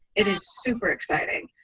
it is super exciting.